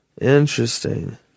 Interesting